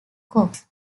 cox